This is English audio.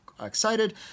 excited